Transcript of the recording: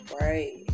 Right